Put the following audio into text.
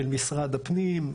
של משרד הפנים,